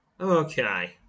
Okay